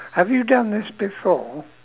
have you done this before